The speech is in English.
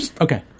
Okay